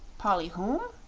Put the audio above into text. polly whom?